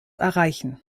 erreichen